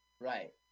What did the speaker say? Right